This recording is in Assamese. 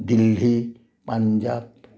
দিল্লী পাঞ্জাৱ